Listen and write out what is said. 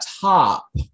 top